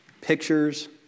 Pictures